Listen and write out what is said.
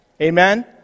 Amen